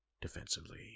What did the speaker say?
defensively